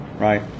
Right